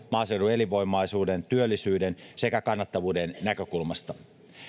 maaseudun elinvoimaisuuden työllisyyden sekä kannattavuuden näkökulmasta